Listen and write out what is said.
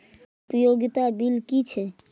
उपयोगिता बिल कि छै?